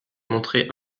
montrait